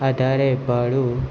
આધારે ભાડું